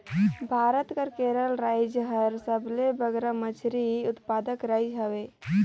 भारत कर केरल राएज हर सबले बगरा मछरी उत्पादक राएज हवे